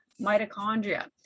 mitochondria